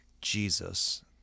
Jesus